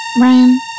Ryan